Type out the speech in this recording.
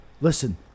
listen